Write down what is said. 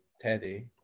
Teddy